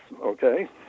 okay